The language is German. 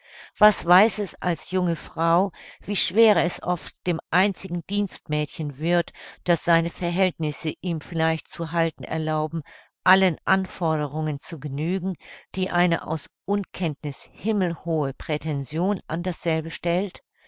was weiß es als junge frau wie schwer es oft dem einzigen dienstmädchen wird das seine verhältnisse ihm vielleicht zu halten erlauben allen anforderungen zu genügen die eine aus unkenntniß himmelhohe prätension an dasselbe stellt